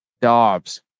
Dobbs